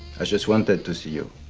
i just wanted to see you.